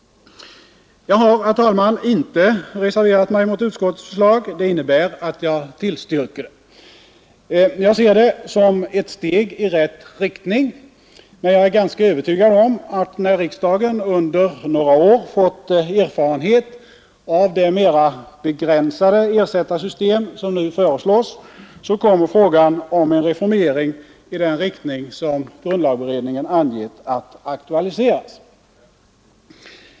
Jag har, fru talman, inte reserverat mig mot utskottets förslag. Det innebär att jag tillstyrker det. Jag ser det som ett steg i rätt riktning, men jag är ganska övertygad om att när riksdagen under några år fått erfarenhet av det mera begränsade ersättarsystem som nu föreslås kommer frågan om en reformering i den riktning som grundlagberedningen angett att aktualiseras.